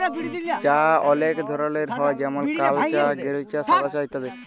চাঁ অলেক ধরলের হ্যয় যেমল কাল চাঁ গিরিল চাঁ সাদা চাঁ ইত্যাদি